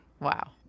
Wow